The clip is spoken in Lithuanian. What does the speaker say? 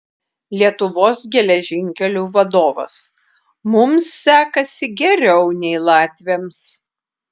lietuvos geležinkelių vadovas mums sekasi geriau nei latviams